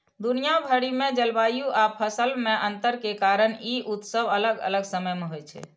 दुनिया भरि मे जलवायु आ फसल मे अंतर के कारण ई उत्सव अलग अलग समय मे होइ छै